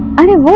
i didn't